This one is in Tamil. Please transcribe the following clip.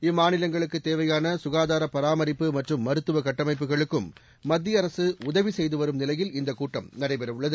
இம்மாநிலங்களுக்கு தேவையான சுகாதார பராமரிப்பு மற்றும் மருத்துவ கட்டமைப்புகளுக்கும் மத்திய அரசு உதவி செய்து வரும் நிலையில் இந்தக் கூட்டம் நடைபெறவுள்ளது